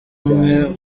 umwe